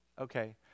Okay